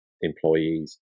employees